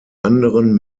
anderen